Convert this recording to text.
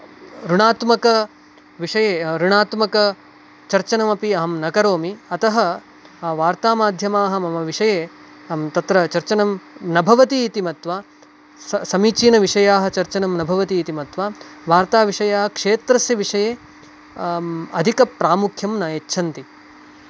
ऋणात्मकविषये ऋणात्मकचर्चनमपि अहं न करोमि अतः वार्तामाध्यमाः मम विषये अहम् तत्र चर्चनं न भवति इति मत्वा स समीचिनविषयाः चर्चनं न भवति इति मत्वा वार्ताविषयः क्षेत्रस्य विषये अधिकप्रामुख्यं न यच्छन्ति